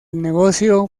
negocio